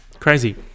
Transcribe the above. Crazy